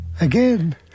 Again